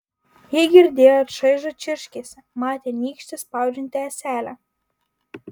ji girdėjo čaižų čirškesį matė nykštį spaudžiantį ąselę